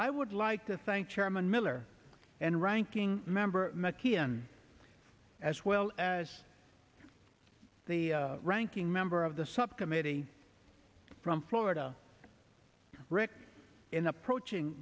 i would like to thank chairman miller and ranking member mckeon as well as the ranking member of the subcommittee from florida rick in approaching